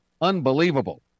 unbelievable